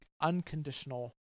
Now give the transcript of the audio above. unconditional